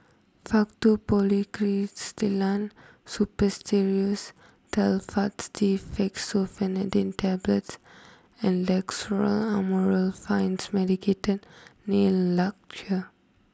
Faktu Policresulen Suppositories Telfast D Fexofenadine Tablets and Amorolfine Medicated Nail Lacquer